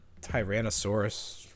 Tyrannosaurus